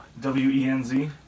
w-e-n-z